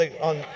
on